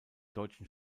deutschen